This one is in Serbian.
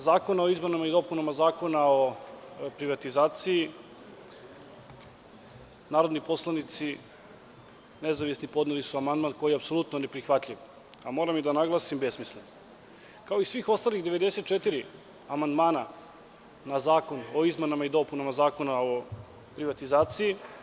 Zakona o izmenama i dopunama zakona o privatizaciji nezavisni narodni poslanici su podneli amandman koji je apsolutno ne prihvatljiv, a moram i da naglasim, besmislen, kao i svih ostalih 94 amandmana na Zakon o izmenama i dopunama zakona o privatizaciji.